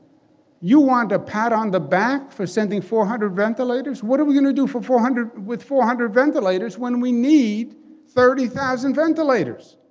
you want a pat on the back for sending four hundred ventilators. what are we going to do for four hundred with four hundred ventilators when we need thirty thousand ventilators?